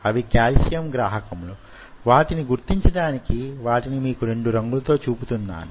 అవి కాల్షియం గ్రాహకములు వాటిని గుర్తించడానికి వాటిని మీకు రెండు రంగులతో చూపుతున్నాను